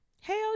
Hell